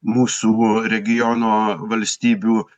mūsų regiono valstybių